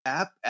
app